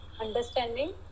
understanding